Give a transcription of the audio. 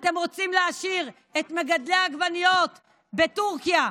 אתם רוצים להשאיר את מגדלי העגבניות בטורקיה,